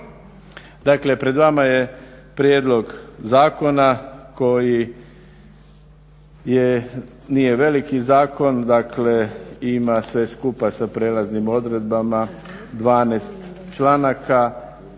Dakle, pred vama je prijedlog zakona koji nije veliki zakon. Dakle, ima sve skupa sa prelaznim odredbama 12 članaka.